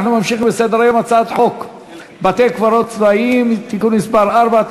אנחנו ממשיכים בסדר-היום: הצעת חוק בתי-קברות צבאיים (תיקון מס' 4),